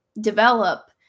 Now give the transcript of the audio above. develop